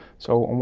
so, on one